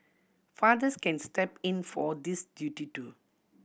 fathers can step in for this duty too